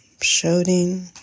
shouting